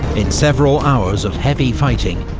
in several hours of heavy fighting,